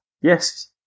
Yes